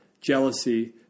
jealousy